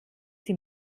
sie